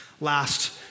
last